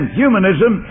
humanism